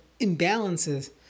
imbalances